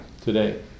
today